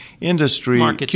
industry